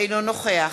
אינו נוכח